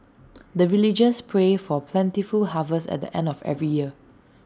the villagers pray for plentiful harvest at the end of every year